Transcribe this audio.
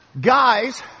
guys